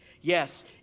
Yes